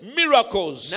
miracles